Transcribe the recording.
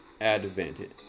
advantage